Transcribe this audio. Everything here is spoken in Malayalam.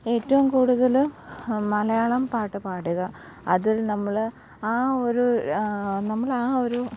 ഏറ്റവും കൂടുതല് മലയാളം പാട്ട് പാടുക അതിൽ നമ്മള് ആ ഒരു നമ്മളാ ഒരു